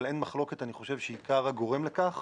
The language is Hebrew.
אני חושב שאין מחלוקת שעיקר הגורם לכך